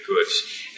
goods